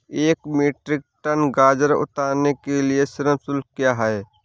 एक metric tonne गाजर उतारने के लिए श्रम शुल्क क्या है?